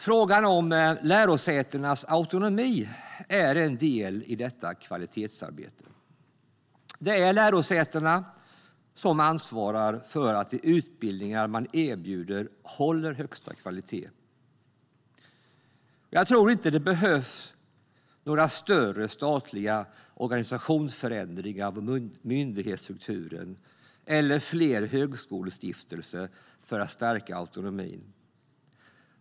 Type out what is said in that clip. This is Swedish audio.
Frågan om lärosätenas autonomi är en del i detta kvalitetsarbete. Det är lärosätena som ansvarar för att de utbildningar man erbjuder håller högsta kvalitet. Det behövs inte några större statliga organisationsförändringar av myndighetsstrukturen eller fler högskolestiftelser för att stärka autonomin.